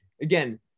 again